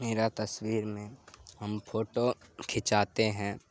میرا تصویر میں ہم پھوٹو کھنچاتے ہیں